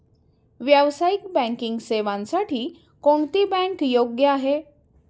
व्यावसायिक बँकिंग सेवांसाठी कोणती बँक योग्य आहे?